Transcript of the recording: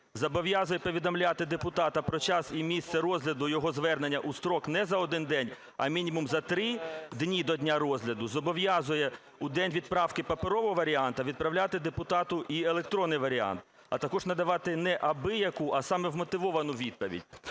зобов'язує повідомляти депутата про час і місце розгляду його звернення у строк не за 1 день, а мінімум за 3 дні до дня розгляду; зобов'язує у день відправки паперового варіанта відправляти депутату і електронний варіант, а також надавати не абияку, а саме вмотивовану відповідь.